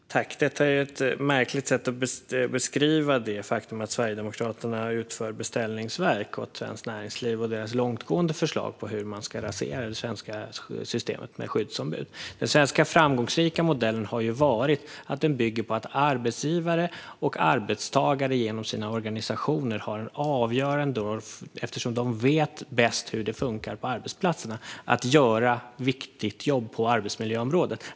Fru talman! Detta är ett märkligt sätt att beskriva det faktum att Sverigedemokraterna utför beställningsverk åt Svenskt Näringsliv, som har långtgående förslag på hur man ska rasera det svenska systemet med skyddsombud. Den framgångsrika svenska modellen bygger på att arbetsgivare och arbetstagare genom sina organisationer har en avgörande roll, eftersom de vet bäst hur det funkar på arbetsplatserna när viktigt jobb ska göras på arbetsmiljöområdet.